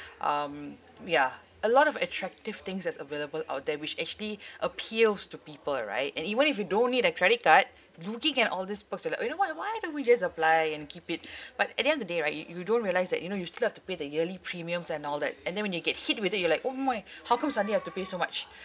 um yeah a lot of attractive things is available out there which actually appeals to people right and even if you don't need a credit card looking at all these perks you're like you know what why don't we just apply and keep it but at the end of the day right you you don't realise that you know you still have to pay the yearly premiums and all that and then when you get hit with it you're like oh my how come suddenly I've to pay so much